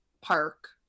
Park